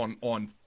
on